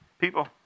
People